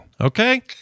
Okay